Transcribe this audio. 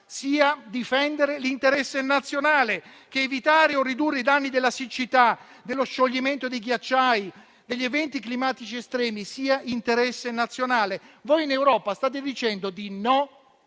sia difendere l'interesse nazionale e che evitare o ridurre i danni della siccità, dello scioglimento dei ghiacciai e degli eventi climatici estremi sia interesse nazionale. Voi in Europa state dicendo di no